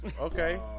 Okay